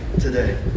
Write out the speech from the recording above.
today